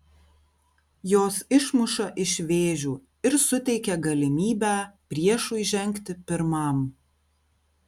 jos išmuša iš vėžių ir suteikia galimybę priešui žengti pirmam